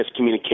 miscommunication